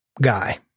guy